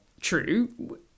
true